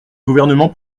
gouvernement